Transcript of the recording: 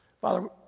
Father